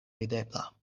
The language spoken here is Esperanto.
videbla